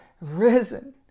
risen